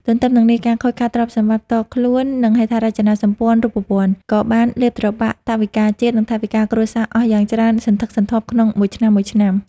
ទន្ទឹមនឹងនេះ ការខូចខាតទ្រព្យសម្បត្តិផ្ទាល់ខ្លួន និងហេដ្ឋារចនាសម្ព័ន្ធរូបវន្ត ក៏បានលេបត្របាក់ថវិកាជាតិ និងថវិកាគ្រួសារអស់យ៉ាងច្រើនសន្ធឹកសន្ធាប់ក្នុងមួយឆ្នាំៗ។